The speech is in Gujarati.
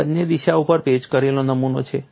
આ બંને દિશાઓ ઉપર પેચ કરેલો નમૂનો છે